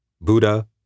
Buddha